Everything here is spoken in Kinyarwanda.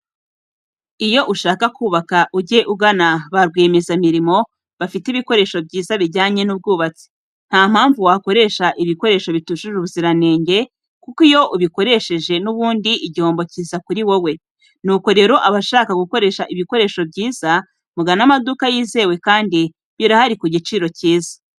Iyo ushaka kubaka ujye ugana ba rwiyemezamirimo bafite ibikoresho byiza bijyanye n'ubwubatsi, ntampamvu wakoresha ibikoresho bitujuje ubuziranange kuko iyo ubikoresheje n'ubundi igihombo kiza kuri wowe. Nuko rero abashaka gukoresha ibikoresho byiza mugane amaduka yizewe kandi birahari ku giciro cyiza.